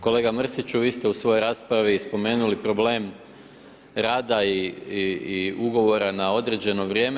Kolega Mrsiću, vi ste u svojoj raspravi spomenuli problem rada i ugovora na određeno vrijeme.